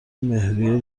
مهریه